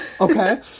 Okay